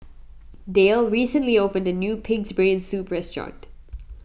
Dayle recently opened a new Pig's Brain Soup restaurant